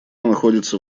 находится